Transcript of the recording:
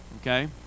okay